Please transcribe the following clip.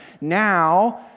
Now